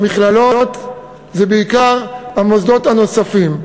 הלומדים במכללות, זה בעיקר במוסדות הנוספים.